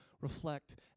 reflect